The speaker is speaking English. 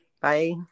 Bye